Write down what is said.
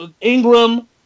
Ingram